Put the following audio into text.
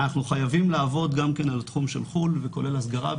אנחנו חייבים לעבוד גם כן על התחום של חו"ל וכולל הסגרה,